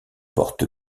porte